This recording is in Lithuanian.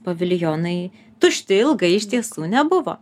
paviljonai tušti ilgai išties nebuvo